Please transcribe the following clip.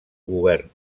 govern